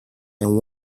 and